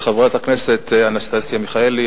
חברת הכנסת אנסטסיה מיכאלי,